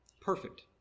Perfect